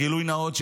גילוי נאות,